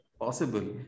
Possible